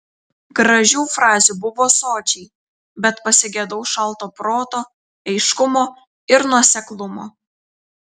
gražių frazių buvo sočiai bet pasigedau šalto proto aiškumo ir nuoseklumo